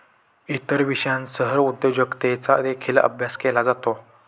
इतर विषयांसह उद्योजकतेचा देखील अभ्यास केला जातो